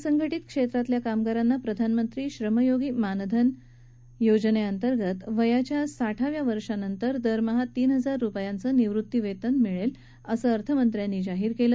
असंघटित क्षेत्रातल्या कामगारांना प्रधानमंत्री श्रम योगी मानधन योजनेअंतर्गत वयाच्या साठ वर्षानंतर दरमहा तीन हजार रुपयांचं निवृत्ती वेतन मिळेल असं अर्थमंत्र्यांनी जाहीर केलं